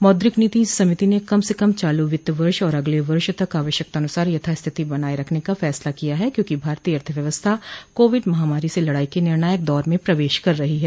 मौद्रिक नीति समिति ने कम से कम चालू वित्त वर्ष और अगले वर्ष तक आवश्यकतानुसार यथास्थिति बनाए रखने का फैसला किया है क्योंकि भारतीय अर्थव्यव्सथा कोविड महामारी से लड़ाई के निर्णायक दौर में प्रवेश कर रही है